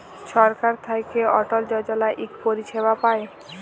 ছরকার থ্যাইকে অটল যজলা ইক পরিছেবা পায়